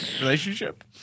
relationship